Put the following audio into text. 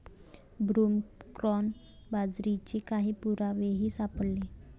broomcorn बाजरीचे काही पुरावेही सापडले